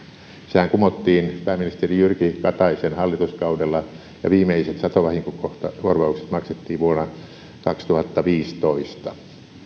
sehän kumottiin pääministeri jyrki kataisen hallituskaudella ja viimeiset satovahinkokorvaukset maksettiin vuonna kaksituhattaviisitoista